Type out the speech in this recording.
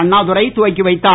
அண்ணாதுரை துவக்கி வைத்தார்